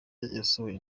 yasohoye